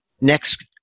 next